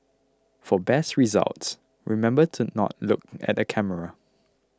for best results remember to not look at the camera